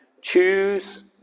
choose